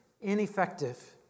ineffective